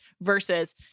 versus